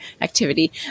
activity